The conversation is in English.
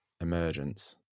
emergence